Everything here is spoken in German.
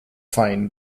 fein